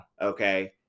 okay